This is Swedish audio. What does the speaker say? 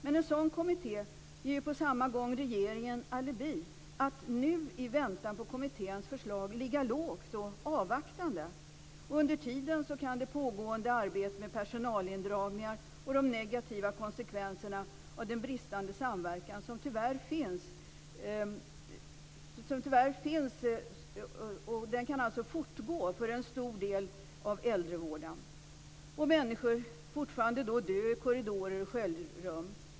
Men en sådan kommitté ger på samma gång regeringen alibi att nu, i väntan på kommitténs förslag, ligga lågt och avvaktande. Under tiden kan det pågående arbetet med personalindragningar och de negativa konsekvenserna av den bristande samverkan som tyvärr finns fortgå för en stor del av äldrevården och människor fortfarande dö i korridorer och sköljrum.